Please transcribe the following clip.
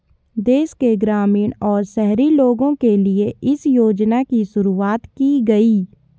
देश के ग्रामीण और शहरी लोगो के लिए इस योजना की शुरूवात की गयी